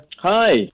Hi